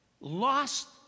lost